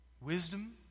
Wisdom